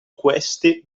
queste